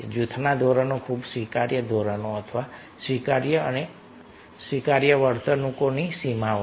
જૂથના ધોરણો ખૂબ સ્વીકાર્ય ધોરણો અથવા સ્વીકાર્ય અને સ્વીકાર્ય વર્તણૂકોની સીમાઓ છે